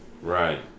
right